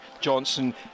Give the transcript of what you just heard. Johnson